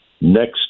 next